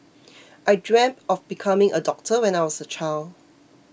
I dreamt of becoming a doctor when I was a child